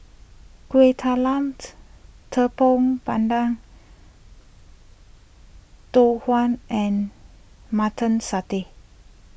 Kueh Talamt Tepong Pandan Tau Huay and Mutton Satay